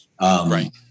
Right